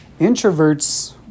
Introverts